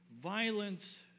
violence